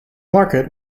market